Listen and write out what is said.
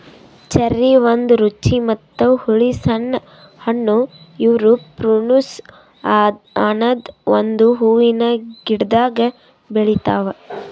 cherry ಒಂದ್ ರುಚಿ ಮತ್ತ ಹುಳಿ ಸಣ್ಣ ಹಣ್ಣು ಇವು ಪ್ರುನುಸ್ ಅನದ್ ಒಂದು ಹೂವಿನ ಗಿಡ್ದಾಗ್ ಬೆಳಿತಾವ್